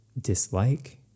dislike